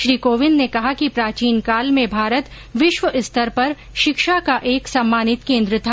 श्री कोविंद ने कहा कि प्राचीन काल में भारत विश्व स्तर पर शिक्षा का एक सम्मानित केंद्र था